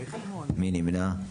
מי נמנע?